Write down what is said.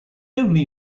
only